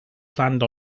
planned